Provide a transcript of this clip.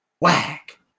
whack